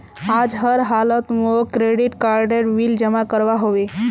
आज हर हालौत मौक क्रेडिट कार्डेर बिल जमा करवा होबे